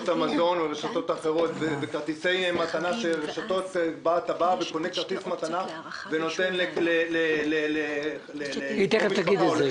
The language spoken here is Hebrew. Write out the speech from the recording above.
המזון או רשתות אחרות וכרטיסי מתנה שאתה רוכש ונותן לקרוב משפחה או לחבר,